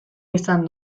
izan